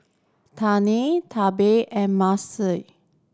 Trina Tobie and